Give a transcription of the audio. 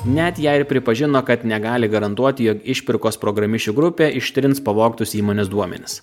net jei ir pripažino kad negali garantuoti jog išpirkos programišių grupė ištrins pavogtus įmonės duomenis